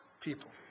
people